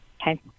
Okay